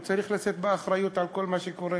הוא צריך לשאת באחריות לכל מה שקורה,